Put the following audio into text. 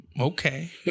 Okay